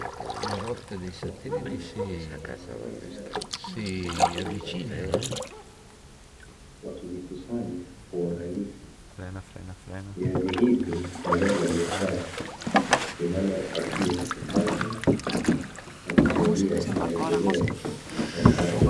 Wakulima wanavuna viazi vilivyoiva shambani, wakivikusanya kwa uangalifu. Viazi hivi ni zao la biashara linalowapatia kipato na kuchangia maendeleo ya kaya.